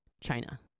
China